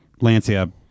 Lancia